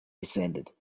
descended